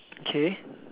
okay